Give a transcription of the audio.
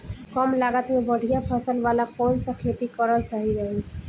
कमलागत मे बढ़िया फसल वाला कौन सा खेती करल सही रही?